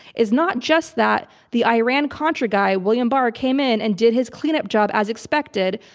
is not just that the iran contra guy, william barr, came in and did his clean-up job as expected.